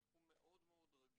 הוא תחום מאוד רגיש.